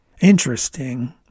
Interesting